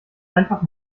einfach